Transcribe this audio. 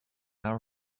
our